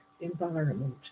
environment